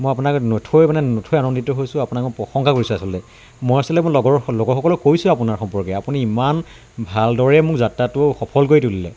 মই আপোনাক নথৈ মানে নথৈ আনন্দিত হৈছোঁ আপোনাক মই প্ৰশংসা কৰিছোঁ আচলতে মই আচলতে মোৰ লগৰসক লগৰসকলক কৈছোঁৱেই আপোনাৰ সম্পৰ্কে আপুনি ইমান ভালদৰে মোক যাত্ৰাটো সফল কৰি তুলিলে